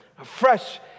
Afresh